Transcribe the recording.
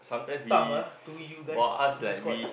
tough ah to you guys to escort